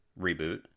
reboot